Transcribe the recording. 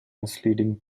misleading